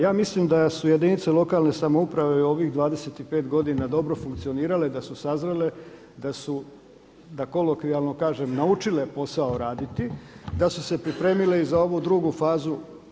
Ja mislim da su jedinice lokalne samouprave i u ovih 25 godina dobro funkcionirale, da su sazrele, da su da kolokvijalno kažem naučile posao raditi, da su se pripremile i za ovu drugu fazu.